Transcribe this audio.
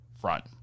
front